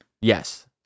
Yes